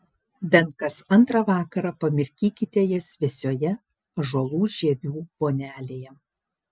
bent kas antrą vakarą pamirkykite jas vėsioje ąžuolų žievių vonelėje